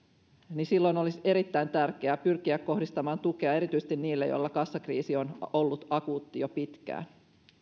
niin silloin olisi erittäin tärkeää pyrkiä kohdistamaan tukea erityisesti niille joilla kassakriisi on ollut akuutti jo pitkään